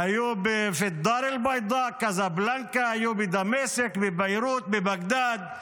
היו בקזבלנקה, היו בדמשק, בביירות, בבגדד.